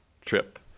trip